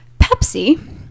Pepsi